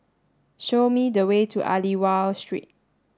show me the way to Aliwal Street